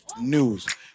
news